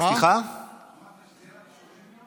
אמרת שזה יהיה רק 30 יום?